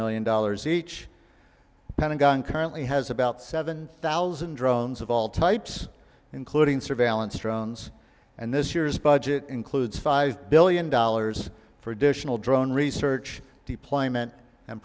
million dollars each pentagon currently has about seven thousand drones of all types including surveillance drones and this year's budget includes five billion dollars for additional drone research deployment and